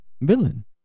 villain